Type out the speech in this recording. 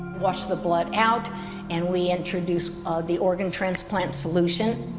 wash the blood out and we introduce the organ transplant solution.